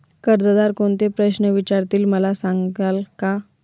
कर्जदार कोणते प्रश्न विचारतील, मला सांगाल का?